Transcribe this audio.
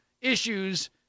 issues